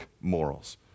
morals